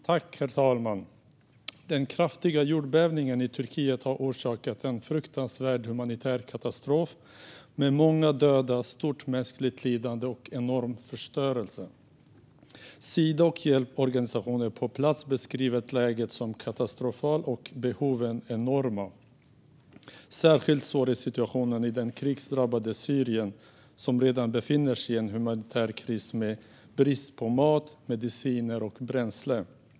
Herr talman! Den kraftiga jordbävningen i Turkiet har orsakat en fruktansvärd humanitär katastrof med många döda, stort mänskligt lidande och enorm förstörelse. Sida och hjälporganisationer på plats beskriver läget som katastrofalt och att behoven är enorma. Särskilt svår är situationen i det krigsdrabbade Syrien, som redan befinner sig i en humanitär kris med brist på mat, mediciner och bränsle.